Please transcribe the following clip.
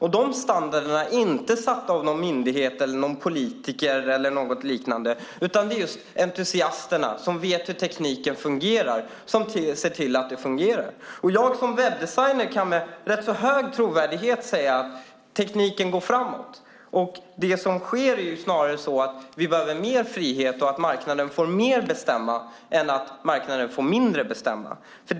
De standarderna är inte satta av någon myndighet, politiker eller liknande, utan det är just entusiasterna, de som vet hur tekniken fungerar, som ser till att det fungerar. Jag som webbdesigner kan med rätt hög trovärdighet säga att tekniken går framåt. Snarare behöver vi mer frihet, att marknaden får bestämma mer i stället för att bestämma mindre.